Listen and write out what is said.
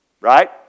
Right